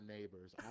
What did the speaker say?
neighbors